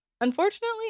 Unfortunately